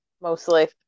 mostly